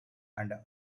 and